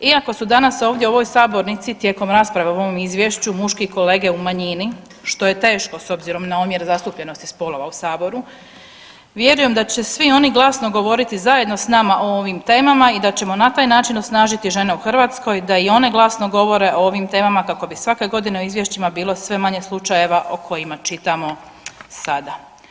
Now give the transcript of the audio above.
Iako su danas ovdje u ovoj sabornici tijekom rasprave o ovom izvješću muški kolege u manjini što je teško s obzirom na omjer zastupljenosti spolova u saboru vjerujem da će svi oni glasno govoriti zajedno s nama o ovim temama i da ćemo na taj način osnažiti žene u Hrvatskoj da i one glasno govore o ovim temama kako bi svake godine u izvješćima bilo sve manje slučajeva o kojima čitamo sada.